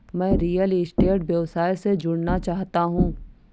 मैं real estate व्यवसाय से जुड़ना चाहता हूँ